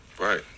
Right